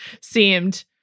seemed